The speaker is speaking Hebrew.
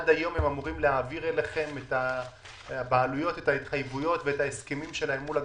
הם אמורים להעביר אליכם את ההתחייבויות וההסכמים שלהם מול הגננות,